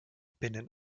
binnen